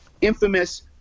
infamous